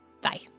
Bye